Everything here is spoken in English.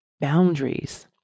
Boundaries